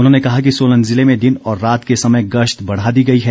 उन्होंने कहा कि सोलन ज़िले में दिन और रात के समय गश्त बढ़ा दी गई है